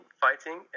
fighting